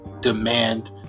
demand